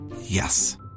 Yes